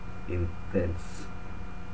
intense